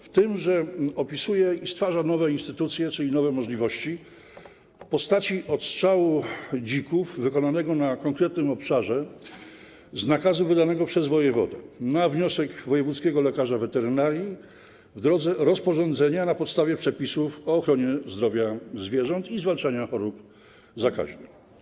W tym, że opisuje i stwarza nowe instytucje, czyli nowe możliwości, w postaci odstrzału dzików wykonanego na konkretnym obszarze, z nakazu wydanego przez wojewodę, na wniosek wojewódzkiego lekarza weterynarii, w drodze rozporządzenia, na podstawie przepisów o ochronie zdrowia zwierząt i zwalczaniu chorób zakaźnych.